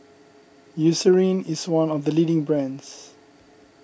Eucerin is one of the leading brands